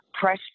press